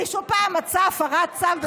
מישהו פעם מצא הפרת צו בתוך ארון בגדים?